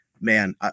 man